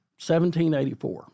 1784